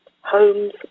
homes